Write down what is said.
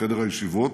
מחדר הישיבות